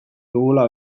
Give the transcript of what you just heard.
dugula